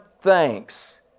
thanks